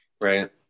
Right